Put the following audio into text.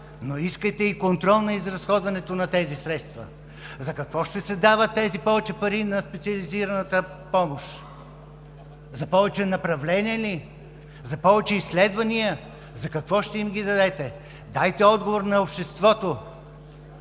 но искайте и контрол за изразходването на тези средства. За какво ще се дават повече пари на специализираната помощ – за повече направления ли, за повече изследвания ли, за какво ще им ги дадете? Дайте отговор на обществото!